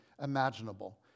imaginable